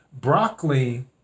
broccoli